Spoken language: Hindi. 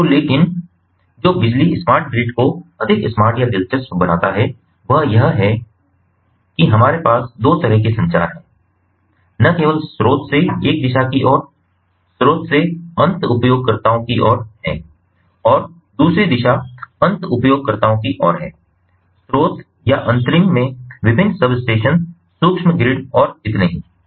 तो लेकिन जो बिजली स्मार्ट ग्रिड को अधिक स्मार्ट या दिलचस्प बनाता है वह यह है कि हमारे पास दो तरह से संचार है न केवल स्रोत से एक दिशा की ओर स्रोत से अंत उपयोगकर्ताओं की ओर है और दूसरी दिशा अंत उपयोगकर्ताओं की ओर से है स्रोत या अंतरिम में विभिन्न सबस्टेशन सूक्ष्म ग्रिड और इतने पर